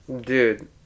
Dude